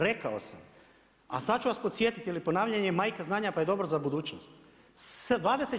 Rekao sam, a sad ću vas podsjetiti jer je ponavljanje majka znanja, pa je dobro za budućnost.